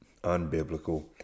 unbiblical